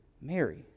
Mary